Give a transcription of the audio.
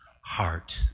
heart